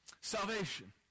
Salvation